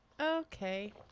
Okay